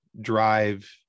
drive